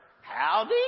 howdy